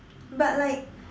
but like